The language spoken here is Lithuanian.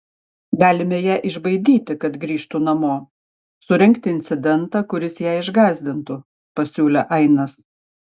galime ją išbaidyti kad grįžtų namo surengti incidentą kuris ją išgąsdintų pasiūlė ainas